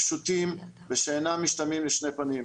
פשוטים ושאינם משתמעים לשני פנים.